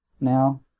now